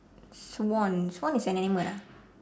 swan swan is an animal ah